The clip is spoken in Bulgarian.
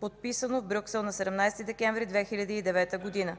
подписано в Брюксел на 17 декември 2009 г.